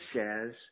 says